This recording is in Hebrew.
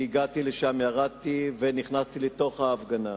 אני הגעתי לשם, ירדתי ונכנסתי לתוך ההפגנה